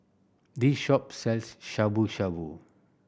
this shop sells Shabu Shabu